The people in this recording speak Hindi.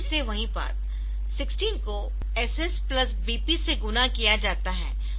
तो फिर से वही बात 16 को SS प्लस BP से गुणा किया जाता है